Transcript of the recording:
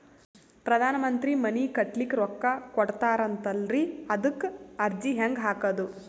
ಪ್ರಧಾನ ಮಂತ್ರಿ ಮನಿ ಕಟ್ಲಿಕ ರೊಕ್ಕ ಕೊಟತಾರಂತಲ್ರಿ, ಅದಕ ಅರ್ಜಿ ಹೆಂಗ ಹಾಕದು?